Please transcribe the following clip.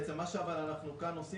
בעצם, מה שאנחנו כאן עושים